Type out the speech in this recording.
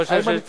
האם אני צודק?